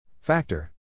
Factor